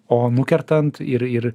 o nukertant ir ir